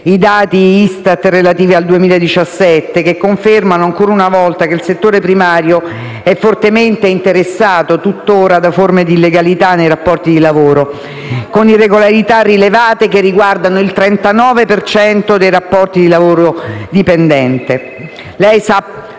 i dati ISTAT relativi al 2017, che confermano, ancora una volta, che il settore primario è tutt'ora fortemente interessato da forme di illegalità nei rapporti di lavoro, con irregolarità rilevate che riguardano il 39 per cento dei rapporti di lavoro dipendente.